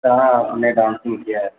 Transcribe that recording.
ہاں ہم نے ڈانسنگ کیا ہے